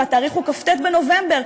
והתאריך הוא כ"ט בנובמבר,